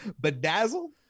Bedazzled